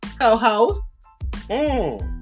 co-host